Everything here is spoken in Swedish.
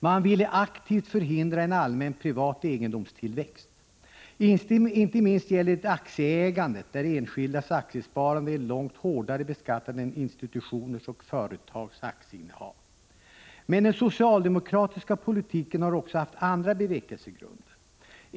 Man ville aktivt förhindra en allmän privat egendomstillväxt. Inte minst gäller det aktieägandet, där enskildas aktiesparande är långt hårdare beskattat än institutioners och företags aktieinnehav. Men den socialdemokratiska politiken har också haft andra bevekelsegrunder.